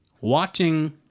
watching